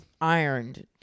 ironed